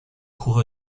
کوه